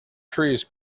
trees